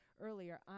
earlier